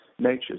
nature